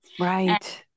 Right